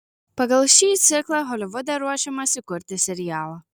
pagal šį ciklą holivude ruošiamasi kurti serialą